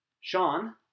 Sean